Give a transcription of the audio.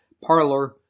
Parlor